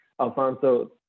Alfonso